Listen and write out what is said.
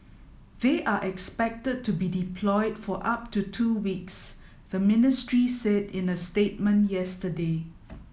they are expected to be deployed for up to two weeks the ministry said in a statement yesterday